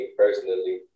personally